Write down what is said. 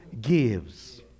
gives